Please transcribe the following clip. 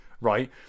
right